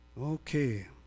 Okay